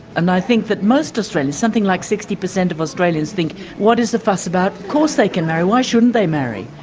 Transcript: and i think that most australians, something like sixty percent of australians think what is the fuss about? of course they can marry, why shouldn't they marry?